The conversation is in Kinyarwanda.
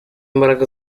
imbaraga